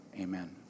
amen